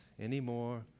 anymore